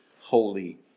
holy